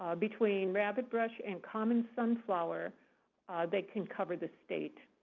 ah between rabbit brush and common sunflower they can cover the state.